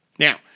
Now